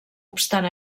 obstant